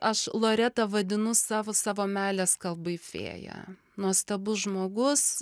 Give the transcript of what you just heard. aš loretą vadinu savo savo meilės kalbai fėja nuostabus žmogus